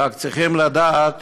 רק צריכים לדעת